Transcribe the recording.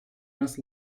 must